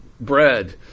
bread